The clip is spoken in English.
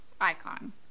icon